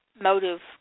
motive